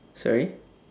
sorry